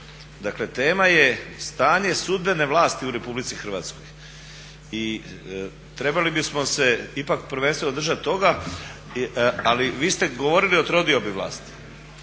Dakle, tema je stanje sudbene vlasti u RH i trebali bismo se ipak prvenstveno držati toga. Ali vi ste govorili o trodiobi vlasti